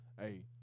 Hey